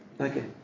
Okay